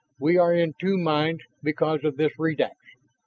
we are in two minds because of this redax,